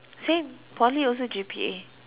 same Poly also G_P_A